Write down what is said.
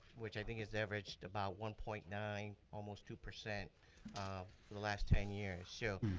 which i think is averaged about one point nine almost two percent um for the last ten years. so,